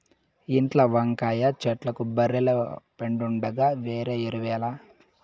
ఇంట్ల వంకాయ చెట్లకు బర్రెల పెండుండగా వేరే ఎరువేల